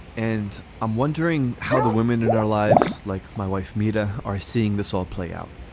and i'm wondering how the women in our lives, like my wife meeta, are seeing this all play out.